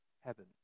heaven